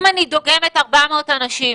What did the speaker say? אם אני דוגמת 400 אנשים